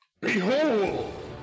Behold